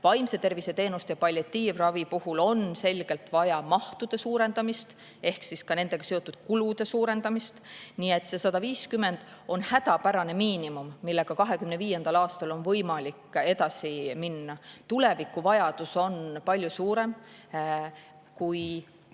vaimse tervise teenuste ja palliatiivravi puhul on selgelt vaja mahtude suurendamist ehk siis ka nendega seotud kulude suurendamist. Nii et see 150 miljonit on hädapärane miinimum, millega 2025. aastal on võimalik edasi minna. Tuleviku vajadus on palju suurem. Kui